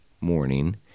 morning